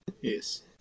Yes